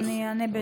אז אשיב בשאלה,